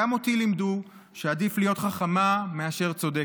"גם אותי לימדו שעדיף להיות חכמה מאשר צודקת".